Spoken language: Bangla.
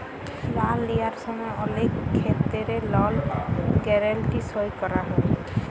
লল লিঁয়ার সময় অলেক খেত্তেরে লল গ্যারেলটি সই ক্যরা হয়